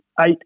eight